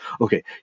Okay